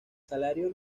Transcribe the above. salario